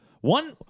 One